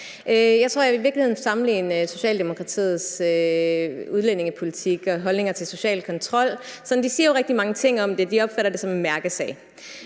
en sammenligning ud fra Socialdemokratiets udlændingepolitik og holdninger til social kontrol, som de jo siger rigtig mange ting om. De opfatter det som en mærkesag,